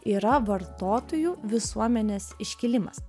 yra vartotojų visuomenės iškilimas